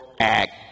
Act